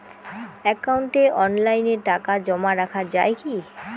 একাউন্টে অনলাইনে টাকা জমা রাখা য়ায় কি?